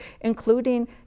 including